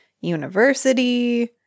university